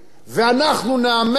ואנחנו נאמץ,